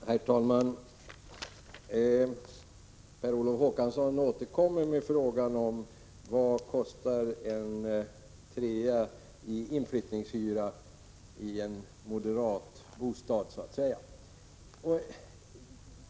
Herr talman! Per Olof Håkansson återkommer med frågan om vad en trea kostar i inflyttningshyra i en ”moderat” bostad, så att säga.